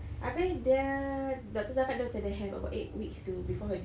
habis dia doctor cakap dia macam they have about eight weeks to before her due